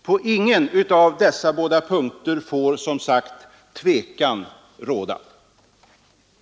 På ingen av dessa båda punkter får som sagt någon tvekan råda.